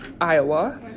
Iowa